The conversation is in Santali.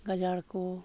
ᱜᱟᱡᱟᱲ ᱠᱚ